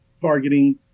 targeting